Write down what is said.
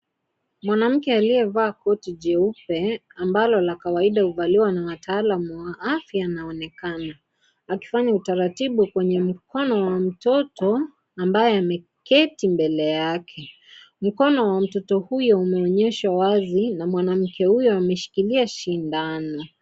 Mwanamke aliyevaa koti jeupe ambalo la kawaida huvaliwa na wataalam wa afya anaonekana akifanya utaratibu kwenye mkono wa mtoto ambaye ameketi mbele yake. Mkono wa mtoto huyo umeonyeshwa wazi na mwanamke huyo ameshikilia shindano.